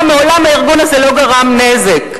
מעולם מעולם מעולם ההתארגנות הזאת לא גרמה נזק.